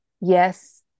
yes